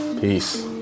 Peace